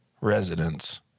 residents